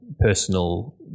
personal